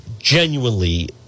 genuinely